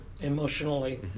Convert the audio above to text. emotionally